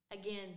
Again